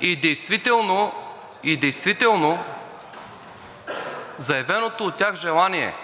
и действително, заявеното от тях желание